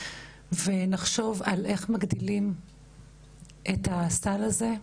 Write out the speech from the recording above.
ונחשוב איך מגדילים את הסל הזה,